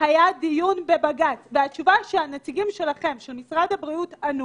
דיון בבג"ץ והתשובה שענו נציגי משרד הבריאות,